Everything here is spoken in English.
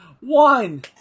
One